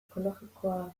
ekologikoa